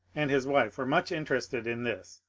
and his wife were much interested in this,